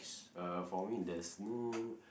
uh for me there's no